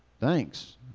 thanks